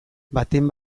baten